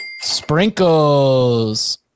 sprinkles